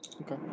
Okay